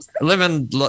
living